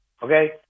Okay